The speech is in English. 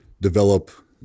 develop